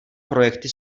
projekty